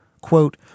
Quote